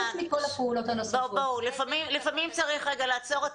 לפעמים צריך רגע לעצור.